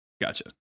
gotcha